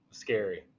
scary